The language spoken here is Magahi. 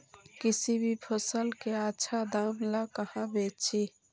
किसी भी फसल के आछा दाम ला कहा बेची?